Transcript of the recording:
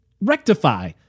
rectify